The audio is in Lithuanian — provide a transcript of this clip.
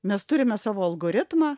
mes turime savo algoritmą